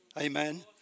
Amen